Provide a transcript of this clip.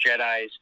Jedis